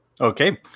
Okay